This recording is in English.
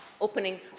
opening